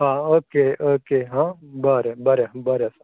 आ okay okay हा बरें बरें बरें आसा